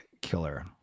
killer